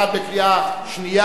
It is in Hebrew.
בקריאה שנייה.